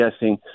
guessing